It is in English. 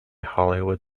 hollywood